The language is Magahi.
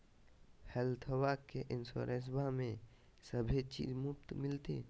हेल्थबा के इंसोरेंसबा में सभे चीज मुफ्त मिलते?